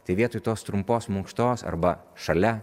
tai vietoj tos trumpos mankštos arba šalia